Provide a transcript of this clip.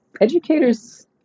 Educators